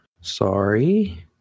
Sorry